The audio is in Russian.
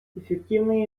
эффективное